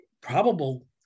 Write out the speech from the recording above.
probable